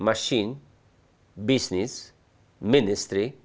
machine business ministry